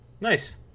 Nice